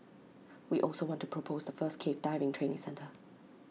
we also want to propose the first cave diving training centre